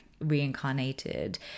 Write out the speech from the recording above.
reincarnated